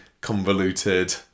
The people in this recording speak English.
convoluted